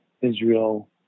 Israel